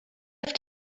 have